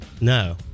no